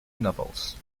novels